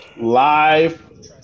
live